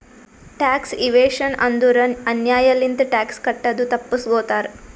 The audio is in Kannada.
ಟ್ಯಾಕ್ಸ್ ಇವೇಶನ್ ಅಂದುರ್ ಅನ್ಯಾಯ್ ಲಿಂತ ಟ್ಯಾಕ್ಸ್ ಕಟ್ಟದು ತಪ್ಪಸ್ಗೋತಾರ್